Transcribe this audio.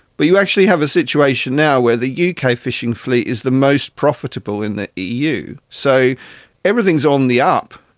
but you actually have a situation now where the uk kind of fishing fleet is the most profitable in the eu. so everything is on the up.